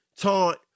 taunt